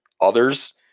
others